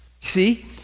see